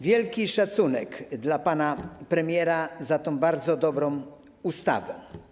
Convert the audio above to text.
Wielki szacunek dla pana premiera za tę bardzo dobrą ustawę.